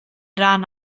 ran